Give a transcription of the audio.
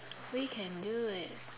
we can do it